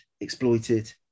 exploited